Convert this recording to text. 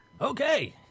Okay